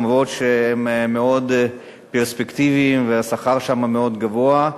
אף-על-פי שהם מאוד פרספקטיביים והשכר שם מאוד גבוה.